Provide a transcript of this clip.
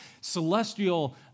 celestial